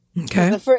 Okay